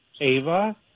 Ava